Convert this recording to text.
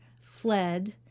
fled